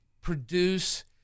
produce